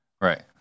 right